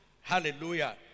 Hallelujah